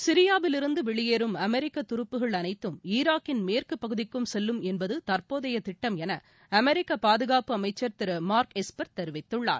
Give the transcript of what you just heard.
சிரியாவிலிருந்துவெளியேறும் அமெரிக்கதுருப்புகள் அனைத்தும் ஈராக்கின் மேற்குபகுதிக்கும் செல்லும் என்பதுதற்போதையதிட்டம் எனஅமெரிக்கபாதுகாப்பு அமைச்சர் திருமார்க் எஸ்பெர் தெரிவித்துள்ளார்